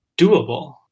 doable